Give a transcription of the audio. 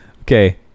Okay